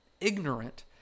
ignorant